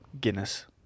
Guinness